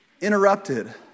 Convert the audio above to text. interrupted